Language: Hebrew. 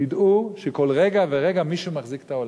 תדעו שכל רגע ורגע מישהו מחזיק את העולם,